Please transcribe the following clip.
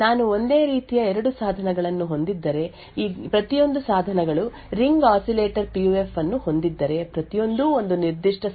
ನಾನು ಒಂದೇ ರೀತಿಯ ಎರಡು ಸಾಧನಗಳನ್ನು ಹೊಂದಿದ್ದರೆ ಈ ಪ್ರತಿಯೊಂದು ಸಾಧನಗಳು ರಿಂಗ್ ಆಸಿಲೇಟರ್ ಪಿಯುಎಫ್ ಅನ್ನು ಹೊಂದಿದ್ದರೆ ಪ್ರತಿಯೊಂದೂ ಒಂದು ನಿರ್ದಿಷ್ಟ ಸವಾಲಿಗೆ ನನಗೆ ವಿಭಿನ್ನ ಪ್ರತಿಕ್ರಿಯೆಯನ್ನು ನೀಡುತ್ತದೆ